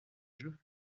jeu